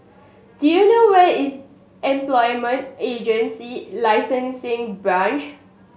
do you know where is Employment Agency Licensing Branch